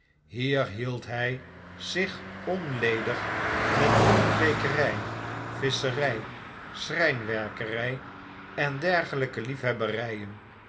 hier hield hij zich onledig met bloemkweekerij visscherij schrijnwerkerij en dergelijke liefhebberijen